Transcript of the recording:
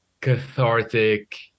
cathartic